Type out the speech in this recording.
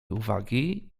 uwagi